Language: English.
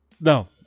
No